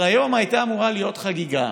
אבל היום הייתה אמורה להיות חגיגה